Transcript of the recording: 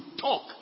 talk